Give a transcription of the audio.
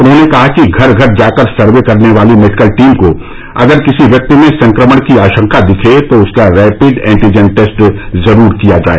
उन्होंने कहा कि घर घर जाकर सर्वे करने वाली मेडिकल टीम को अगर किसी व्यक्ति में संक्रमण की आशंका दिखे तो उसका रैपिड एन्टीजन टेस्ट जरूर किया जाए